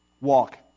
walk